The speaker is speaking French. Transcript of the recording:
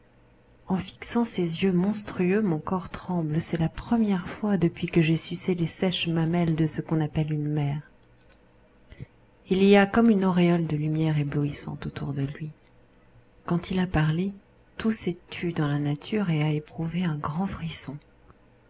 en fixant ses yeux monstrueux mon corps tremble c'est la première fois depuis que j'ai sucé les sèches mamelles de ce qu'on appelle une mère il y a comme une auréole de lumière éblouissante autour de lui quand il a parlé tout s'est tu dans la nature et a éprouvé un grand frisson